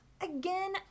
Again